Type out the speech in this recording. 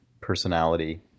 personality